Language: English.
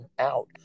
out